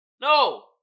No